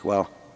Hvala.